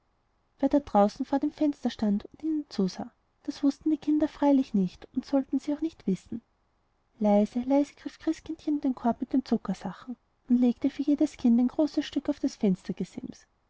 wer da draußen vor dem fenster stand und ihnen zusah das wußten die kinder freilich nicht und sollten sie auch nicht wissen leise leise griff christkindchen in den korb mit den zuckersachen und legte für jedes kind ein großes stück auf das